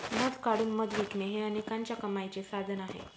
मध काढून मध विकणे हे अनेकांच्या कमाईचे साधन आहे